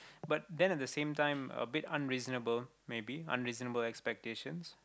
but then at the same time a bit unreasonable maybe unreasonable expectations